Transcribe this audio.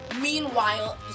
Meanwhile